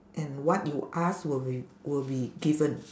and what you ask will be will be given